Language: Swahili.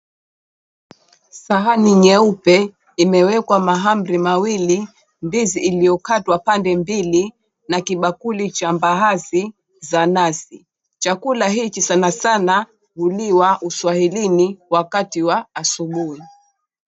Sahani nyeupe ilimewekwa mahamri mawili, ndizi iliyokatwa pande mbili na kibakuli cha mbaazi. Chakula hiki sanasana huliwa uswahilini wakati wa asubuhi.